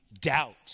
doubt